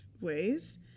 ways